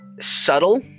subtle